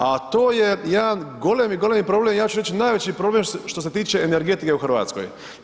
A to je jedan golemi, golemi problem i ja ću reći najveći problem što se tiče energetike u Hrvatskoj.